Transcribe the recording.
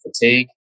fatigue